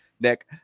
Nick